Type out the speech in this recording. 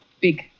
big